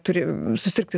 turi susirgti